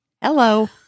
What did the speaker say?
Hello